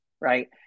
right